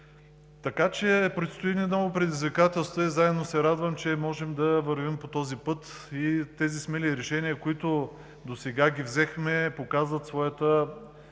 Така че ни предстои ново предизвикателство и се радвам, че можем да вървим по този път. Тези смели решения, които досега ги взехме, показват своята